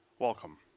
Welcome